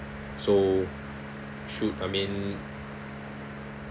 so should I mean